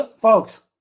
folks